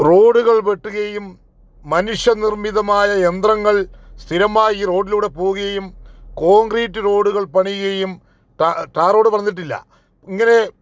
റോഡുകൾ വെട്ടുകയും മനുഷ്യ നിർമിതമായ യന്ത്രങ്ങൾ സ്ഥിരമായി ഈ റോഡിലൂടെ പോവുകയും കോൺക്രീറ്റ് റോഡുകൾ പണിയുകയും ട്ടാർ റോഡ് പണിതിട്ടില്ല ഇങ്ങനെ